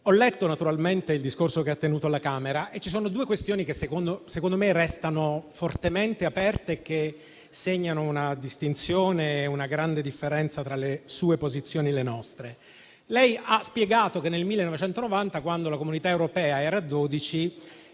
Ho letto, naturalmente, il discorso che ha tenuto alla Camera e ci sono due questioni che, secondo me, restano fortemente aperte e che segnano una distinzione e una grande differenza tra le sue posizioni e le nostre. Lei ha spiegato che nel 1990, quando la Comunità europea era a 12,